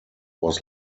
was